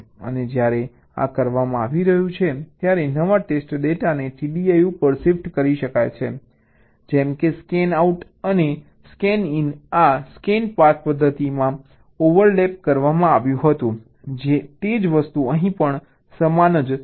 અને જ્યારે આ કરવામાં આવી રહ્યું છે ત્યારે નવા ટેસ્ટ ડેટાને TDI ઉપર શિફ્ટ કરી શકાય છે જેમ કે સ્કેન આઉટ અને સ્કેન ઇન આ સ્કેન પાથ પદ્ધતિમાં ઓવર લેપ કરવામાં આવ્યું હતું તે જ વસ્તુ અહીં પણ સમાન છે